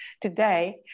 today